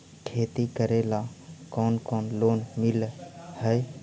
खेती करेला कौन कौन लोन मिल हइ?